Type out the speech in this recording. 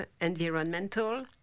environmental